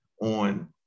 on